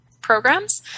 programs